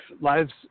lives